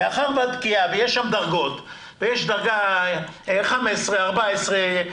יש שם דרגות ויש דרגה 15, 14,